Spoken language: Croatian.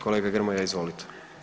Kolega Grmoja, izvolite.